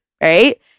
right